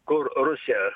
kur rusija